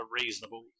reasonable